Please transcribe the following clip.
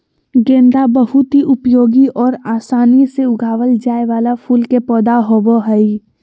गेंदा बहुत ही उपयोगी और आसानी से उगावल जाय वाला फूल के पौधा होबो हइ